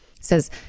says